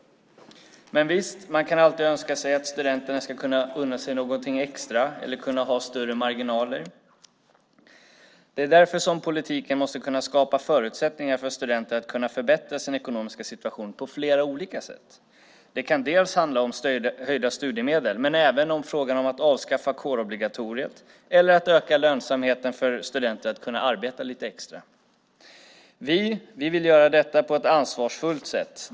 Men, visst, man kan alltid önska sig att studenterna ska kunna unna sig någonting extra eller kunna ha större marginaler. Det är därför som politiken måste kunna skapa förutsättningar för studenter att förbättra sin ekonomiska situation på flera olika sätt. Det kan handla om höjda studiemedel men även om att avskaffa kårobligatoriet eller att öka lönsamheten för studenter när de arbetar lite extra. Vi vill göra detta på ett ansvarsfullt sätt.